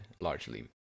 largely